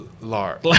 large